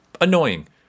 annoying